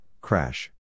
crash